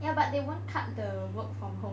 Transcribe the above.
ya but they won't cut the work from home